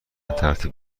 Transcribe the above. ترتیب